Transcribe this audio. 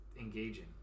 engaging